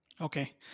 Okay